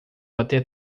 até